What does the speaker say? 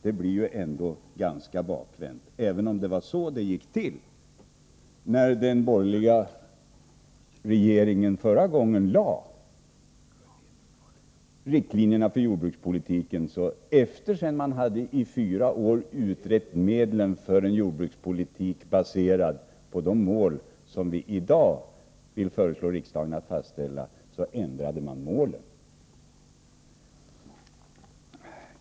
Det blir ju bakvänt, även om det var så det gick till när den borgerliga regeringen förra gången angav riktlinjerna för jordbrukspolitiken. Efter det att man i fyra år utrett medlen för en jordbrukspolitik, baserad på de mål som vi i dag föreslår att riksdagen skall fastställa, ändrade man målen.